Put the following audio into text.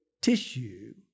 tissue